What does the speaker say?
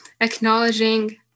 acknowledging